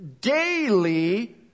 daily